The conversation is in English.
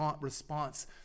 response